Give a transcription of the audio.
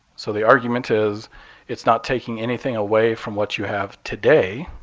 so the argument is it's not taking anything away from what you have today,